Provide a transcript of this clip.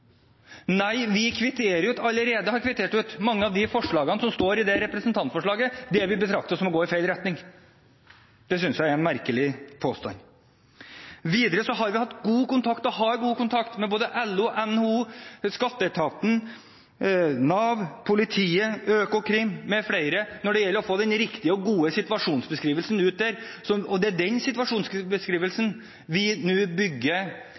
Nei, vi har allerede kvittert ut mange av de forslagene som står i dette representantforslaget. At det blir betraktet som å gå i feil retning, synes jeg er en merkelig påstand. Videre har vi hatt og har god kontakt med både LO og NHO, skatteetaten, Nav, politiet, Økokrim mfl. når det gjelder å få den riktige og gode situasjonsbeskrivelsen ut. Det er den situasjonsbeskrivelsen vi nå bygger